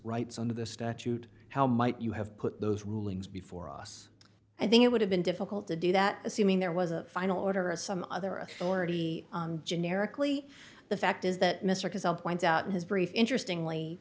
under the statute how might you have put those rulings before us i think it would have been difficult to do that assuming there was a final order or some other authority generically the fact is that mr case i'll point out in his brief interestingly